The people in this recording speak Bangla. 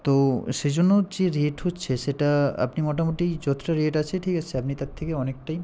তো সেই জন্য যে রেট হচ্ছে সেটা আপনি মোটামুটি যতটা রেট আছে ঠিক আছে আপনি তার থেকে অনেকটাই